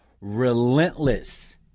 relentless